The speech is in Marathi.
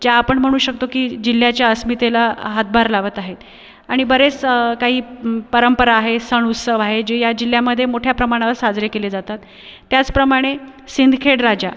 ज्या आपण म्हणू शकतो की जिल्ह्याच्या अस्मितेला हातभार लावत आहेत आणि बरेच काही परंपरा आहे सण उत्सव आहे जे या जिल्ह्यामध्ये मोठ्या प्रमाणावर साजरे केले जातात त्याचप्रमाणे सिंदखेडराजा